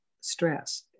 stress